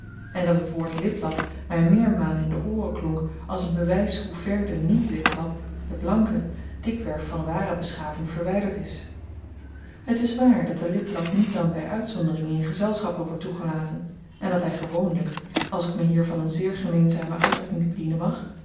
en dat het woord liplap my meermalen in de ooren klonk als een bewys hoe ver de niet liplap de blanke dikwerf van ware beschaving verwyderd is het is waar dat de liplap niet dan by uitzondering in gezelschappen wordt toegelaten en dat hy gewoonlyk als ik me hier van een zeer gemeenzame uitdrukking bedienen mag